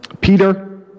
Peter